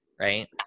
right